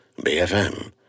BFM